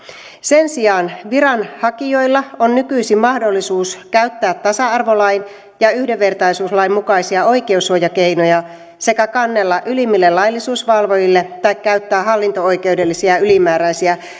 sen sijaan viranhakijoilla on nykyisin mahdollisuus käyttää tasa arvolain ja yhdenvertaisuuslain mukaisia oikeussuojakeinoja sekä kannella ylimmille laillisuusvalvojille tai käyttää hallinto oikeudellisia ylimääräisiä